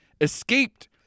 escaped